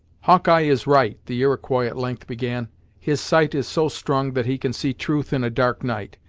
hawkeye is right, the iroquois at length began his sight is so strong that he can see truth in a dark night,